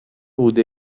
بوده